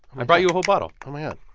i brought you a whole bottle oh, my um